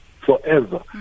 forever